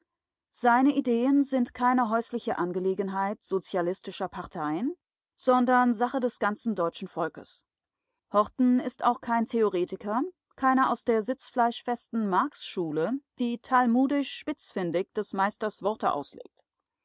seine ideen sind keine häusliche angelegenheit sozialistischer parteien sondern sache des ganzen deutschen volkes horten ist auch kein theoretiker keiner aus der sitzfleischfesten marx-schule die talmudisch spitzfindig des meisters worte auslegt